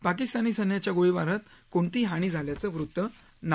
पाकिस्तानी सैन्याच्या गोळीबारात कोणतीही हानी झाल्याचं वृत्त नाही